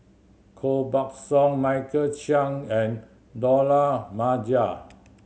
Koh Buck Song Michael Chiang and Dollah Maja